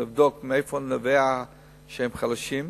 לבדוק מאיפה נובע שהם חלשים,